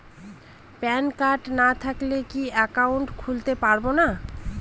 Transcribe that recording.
Pan card না থাকলে কি একাউন্ট খুলতে পারবো না?